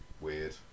Weird